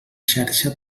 xarxa